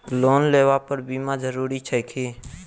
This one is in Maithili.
लोन लेबऽ पर बीमा जरूरी छैक की?